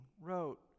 wrote